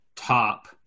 Top